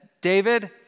David